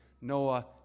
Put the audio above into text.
Noah